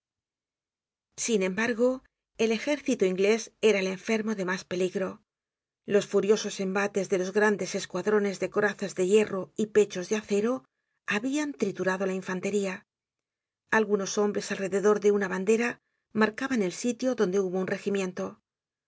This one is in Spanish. sin embargo el ejército inglés era el enfermo de mas peligro los furiosos embates de los grandes escuadrones de corazas de hierro y pechos de acero habian triturado la infantería algunos hombres alrededor de una bandera marcaban el sitio donde hubo un regimiento